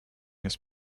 this